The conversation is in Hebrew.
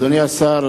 אדוני השר,